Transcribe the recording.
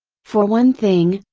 for one thing,